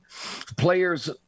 Players